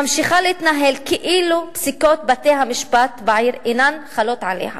ממשיכה להתנהל כאילו פסיקות בתי-המשפט בעיר אינן חלות עליה,